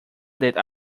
del